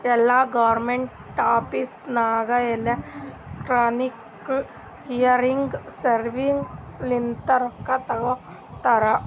ಎಲ್ಲಾ government office ನಾಗ್ electronic clearing system ಲಿಂತೆ ರೊಕ್ಕಾ ತೊಗೋತಾರ